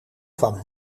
kwam